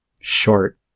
short